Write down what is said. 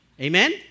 Amen